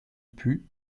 put